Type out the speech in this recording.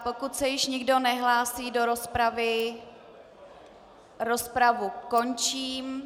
Pokud se již nikdo nehlásí do rozpravy, rozpravu končím.